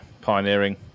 Pioneering